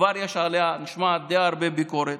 וכבר נשמעת עליה די הרבה ביקורת.